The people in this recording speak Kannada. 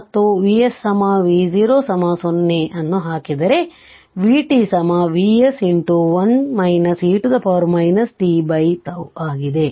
ಮತ್ತು Vs V0 0 ಅನ್ನು ಹಾಕಿದರೆ VVs1 e tτ ಆಗಿದೆ